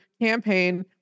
campaign